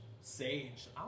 Sage